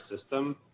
system